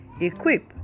equip